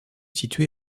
situé